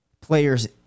players